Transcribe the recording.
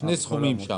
שני סכומים.